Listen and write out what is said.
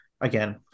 again